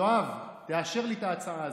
יואב, תאשר לי את ההצעה הזאת.